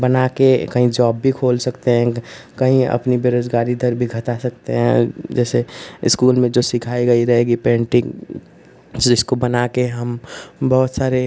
बनाकर कहीं ज़ॉब भी खोल सकते हैं कहीं अपनी बेरोज़गारी दर भी घटा सकते हैं जैसे स्कूल में जो सिखाई गई रहेगी पेन्टिन्ग जिसको बनाकर हम बहुत सारे